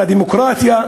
על הדמוקרטיה,